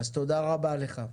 תודה רבה לך.